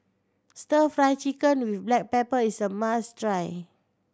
Stir Fry Chicken with black pepper is a must try